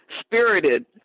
spirited